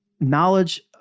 knowledge